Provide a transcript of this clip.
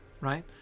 right